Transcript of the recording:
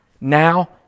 Now